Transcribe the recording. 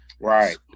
right